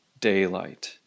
daylight